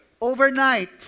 overnight